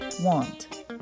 Want